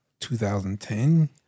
2010